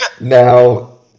Now